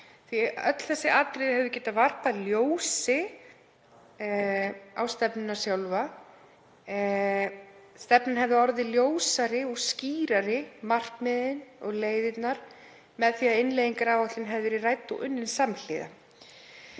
Öll þau atriði hefðu getað varpað ljósi á stefnuna sjálfa. Stefnan hefði orðið ljósari og skýrari, markmiðin og leiðirnar, með því að innleiðingaráætlun hefði verið rædd og unnin samhliða.